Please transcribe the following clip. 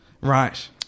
Right